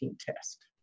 test